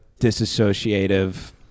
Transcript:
disassociative